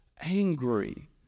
angry